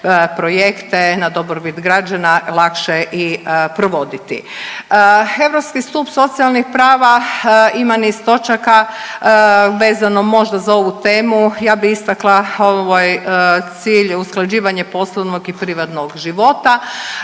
projekte na dobrobit građana lakše i provoditi. Europski stup socijalnih prava ima niz točaka vezano možda za ovu temu, ja bi istakla ovaj cilj usklađivanje poslovnog i privatnog života.